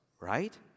right